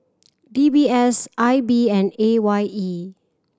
D B S I B and A Y E